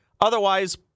Otherwise